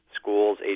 schools